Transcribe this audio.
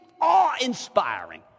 awe-inspiring